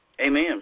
Amen